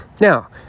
Now